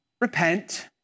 Repent